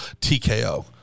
TKO